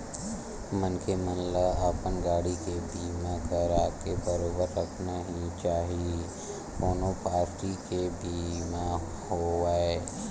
मनखे मन ल अपन गाड़ी के बीमा कराके बरोबर रखना ही चाही कोनो पारटी के बीमा होवय